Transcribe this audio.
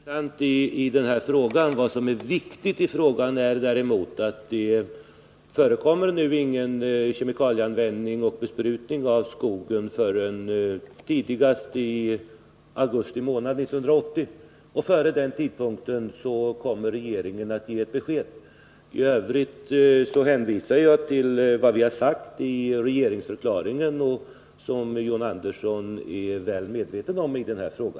Herr talman! Det är mycket som är intressant i denna fråga. Vad som är viktigt i frågan däremot är att det inte skall förekomma någon kemikalieanvändning och besprutning i skogen förrän tidigast i augusti 1980. Före den tidpunkten kommer regeringen att ge ett besked. I övrigt hänvisar jag till vad vi har sagt i regeringsdeklarationen, något som John Andersson är väl medveten om i denna fråga.